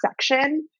section